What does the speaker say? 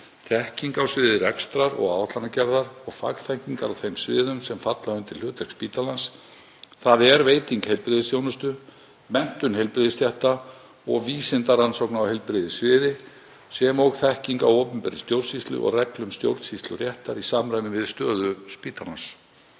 þekking á sviði rekstrar og áætlanagerðar og fagþekkingar á þeim sviðum sem falla undir hlutverk spítalans, þ.e. veitingu heilbrigðisþjónustu, menntun heilbrigðisstétta og vísindarannsóknum á heilbrigðissviði sem og þekkingu á opinberri stjórnsýslu og reglum stjórnsýsluréttar í samræmi við stöðu spítalans